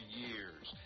years